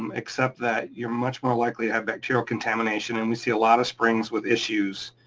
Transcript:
um except that you're much more likely to have bacterial contamination. and we see a lot of springs with issues